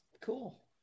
Cool